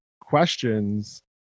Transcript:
questions